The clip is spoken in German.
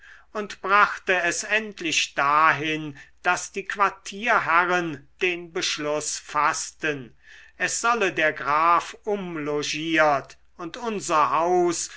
und brachte es endlich dahin daß die quartierherren den beschluß faßten es solle der graf umlogiert und unser haus